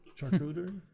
Charcuterie